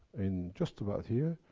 in, just about here.